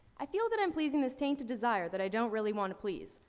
i feel that i'm pleasing this tainted desire that i don't really wanna please.